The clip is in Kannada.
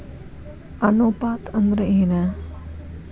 ಅನುಪಾತ ಅಂದ್ರ ಏನ್?